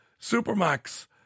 Supermax